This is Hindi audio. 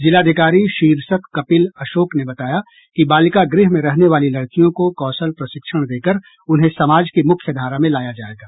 जिलाधिकारी शीर्षत कपिल अशोक ने बताया कि बालिका गृह में रहने वाली लड़कियों को कौशल प्रशिक्षण देकर उन्हें समाज की मुख्य धारा में लाया जायेगा